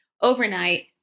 overnight